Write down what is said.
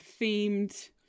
themed